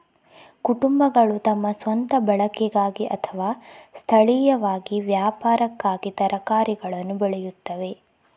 ಕುಟುಂಬಗಳು ತಮ್ಮ ಸ್ವಂತ ಬಳಕೆಗಾಗಿ ಅಥವಾ ಸ್ಥಳೀಯವಾಗಿ ವ್ಯಾಪಾರಕ್ಕಾಗಿ ತರಕಾರಿಗಳನ್ನು ಬೆಳೆಯುತ್ತವೆ